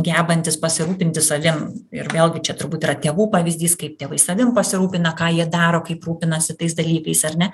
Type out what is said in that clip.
gebantys pasirūpinti savim ir vėlgi čia turbūt yra tėvų pavyzdys kaip tėvai savim pasirūpina ką jie daro kaip rūpinasi tais dalykais ar ne